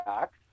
Act